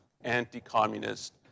anti-communist